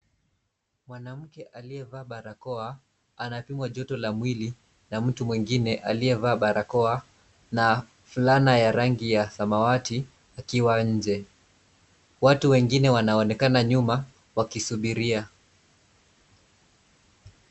Mwanamke aliyevaa barakoa anapimwa joto la mwili na mtu mwingine aliyevaa barakoa na fulana ya rangi ya samawati akiwa nje. Watu wengine wanaonekana nyuma wakisubiria.